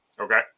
Okay